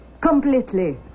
completely